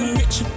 rich